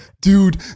dude